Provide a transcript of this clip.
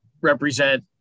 represent